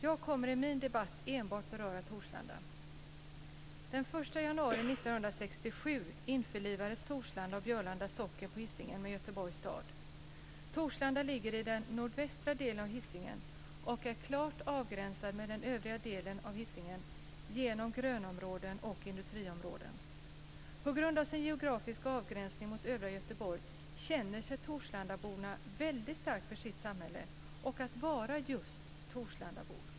Jag kommer enbart att beröra Torslanda i mina inlägg. Torslanda ligger i den nordvästra delen av Hisingen och är klart avgränsad mot den övriga delen av Hisingen genom grönområden och industriområden. På grund av den geografiska avgränsningen mot övriga Göteborg känner torslandaborna väldigt starkt för sitt samhälle och vill vara just torslandabor.